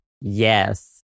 Yes